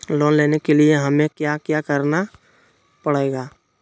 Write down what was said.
Loan लेने के लिए हमें क्या क्या करना पड़ेगा?